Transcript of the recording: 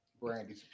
brandy